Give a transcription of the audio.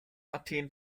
athen